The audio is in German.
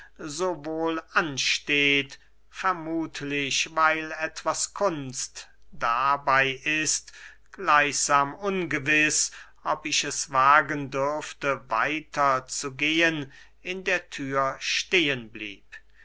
wohl ansteht vermuthlich weil etwas kunst dabey ist gleichsam ungewiß ob ich es wagen dürfe weiter zu gehen in der thür stehen blieb